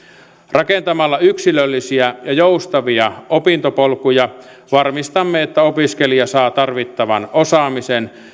rakentamalla yksilöllisiä ja joustavia opintopolkuja varmistamme että opiskelija saa tarvittavan osaamisen